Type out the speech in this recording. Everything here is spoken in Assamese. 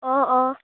অঁ অঁ